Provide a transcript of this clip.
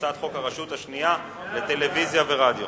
הצעת חוק הרשות השנייה לטלוויזיה ורדיו